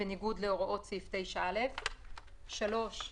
בניגוד להוראות סעיף 9(א); (1ג)